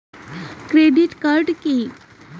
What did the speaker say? Credit card key?